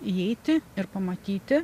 įeiti ir pamatyti